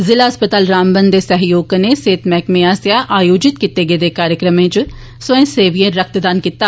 ज़िला अस्पताल रामबन दे सैह्योग कन्नै सेहत मैह्कमें आस्सेआ आयोजित कीते गेदे कार्यक्रम च स्वयंसेवियें रक्तदान कीता